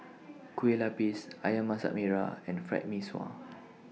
Kueh Lapis Ayam Masak Merah and Fried Mee Sua